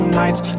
nights